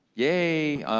yay,